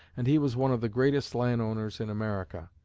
and he was one of the greatest land owners in america.